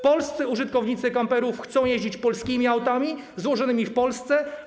Polscy użytkownicy kamperów chcą jeździć polskimi autami złożonymi w Polsce.